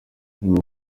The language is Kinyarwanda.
nyuma